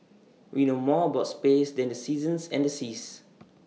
we know more about space than the seasons and the seas